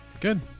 Good